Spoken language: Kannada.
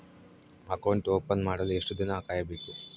ಅಕೌಂಟ್ ಓಪನ್ ಮಾಡಲು ಎಷ್ಟು ದಿನ ಕಾಯಬೇಕು?